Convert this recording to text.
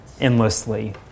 endlessly